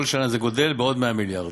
כל שנה זה גדל בעוד 100 מיליארד.